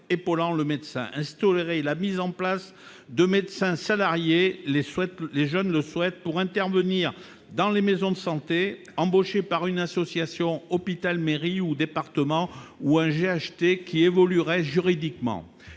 épaulant le médecin instaurer la mise en place de médecin salarié les souhaite que les jeunes ne souhaite pour intervenir dans les maisons de santé embauché par une association hôpital mairie département ou un j'ai acheté qui évoluerait juridiquement